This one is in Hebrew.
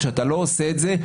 וכשאתה לא עושה את זה,